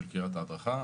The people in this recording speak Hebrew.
של קריית ההדרכה.